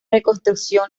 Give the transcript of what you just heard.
reconstrucción